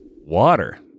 water